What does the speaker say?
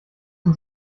uns